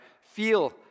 feel